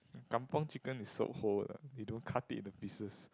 kampung chicken is so whole ah you don't cut it into pieces